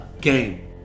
game